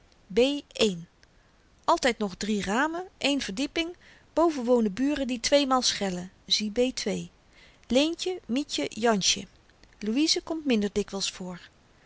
b altyd nog drie ramen eén verdieping boven wonen buren die tweemaal schellen b leentje mietje jansje louise komt minder dikwyls voor